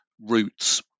roots